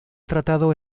tratado